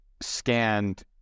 scanned